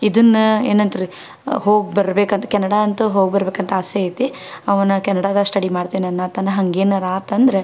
ಇದನ್ನು ಏನಂತ ರೀ ಹೋಗ್ಬರ್ಬೇಕು ಅಂತೂ ಕೆನಡಾ ಅಂತೂ ಹೋಗಿಬರ್ಬೇಕಂತ ಆಸೆ ಐತಿ ಅವನು ಕೆನಡಾದಾಗೆ ಸ್ಟಡಿ ಮಾಡ್ತೇನೆ ಅನ್ನತಾನ ಹಂಗೇನಾದ್ರ್ ಆತಂದ್ರೆ